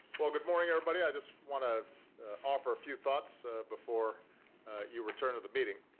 well, good morning, everybody. i just want to offer a few thoughts before you return to the meeting.